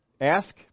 Ask